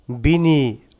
Bini